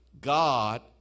God